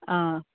آ